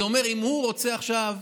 זה אומר שאם הוא רוצה עכשיו